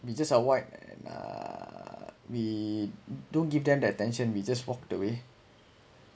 we just avoid and uh we don't give them the attention we just walked away